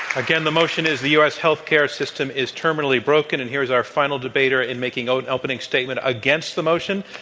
again, the motion is the u. s. healthcare system is terminally broken. and here is our final debater in making opening statement against the motion,